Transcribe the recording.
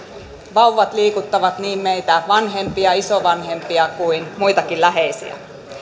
vauvat liikuttavat niin meitä vanhempia isovanhempia kuin muitakin läheisiä